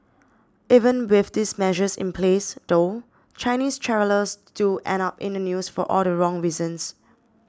even with these measures in place though Chinese travellers still end up in the news for all the wrong reasons